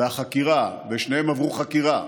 והחקירה, ושניהם עברו חקירה,